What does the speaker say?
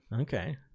okay